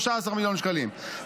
13 מיליון שקלים,